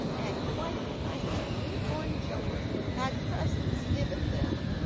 and quite tiny new-born children had presents given them.